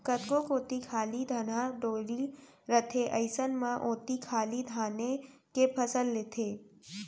कतको कोती खाली धनहा डोली रथे अइसन म ओती खाली धाने के फसल लेथें